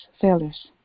failures